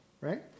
right